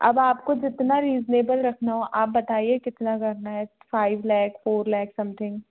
अब आपको जितना रीजनेबल रखना हों आप बताइए कितना करना है five lakh four lakh something